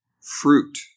fruit